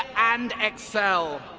and excel.